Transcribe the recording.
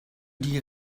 die